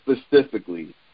specifically